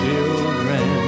Children